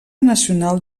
nacional